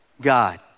God